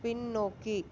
பின்னோக்கி